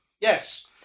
Yes